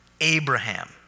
Abraham